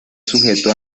sujeto